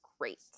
great